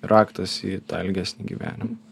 raktas į tą ilgesnį gyvenimą